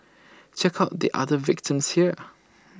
check out the other victims here